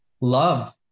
love